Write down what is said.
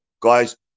Guys